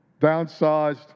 downsized